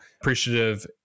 appreciative